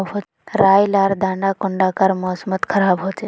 राई लार दाना कुंडा कार मौसम मोत खराब होचए?